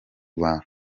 rwanda